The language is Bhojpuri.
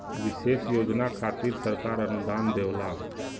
विशेष योजना खातिर सरकार अनुदान देवला